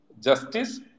justice